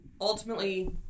ultimately